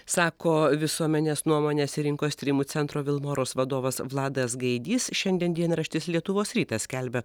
sako visuomenės nuomonės ir rinkos tyrimų centro vilmorus vadovas vladas gaidys šiandien dienraštis lietuvos rytas skelbia